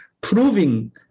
proving